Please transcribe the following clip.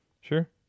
sure